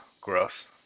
gross